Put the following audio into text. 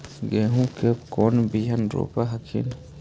गेहूं के कौन बियाह रोप हखिन?